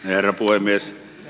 herra puhemies